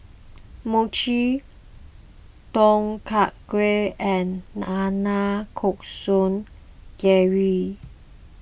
Mochi Tom Kha Gai and Nanakusa Gayu